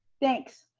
thanks.